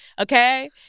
okay